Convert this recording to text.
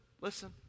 listen